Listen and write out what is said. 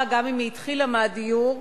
התחילה מהדיור,